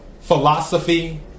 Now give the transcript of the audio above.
philosophy